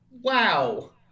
Wow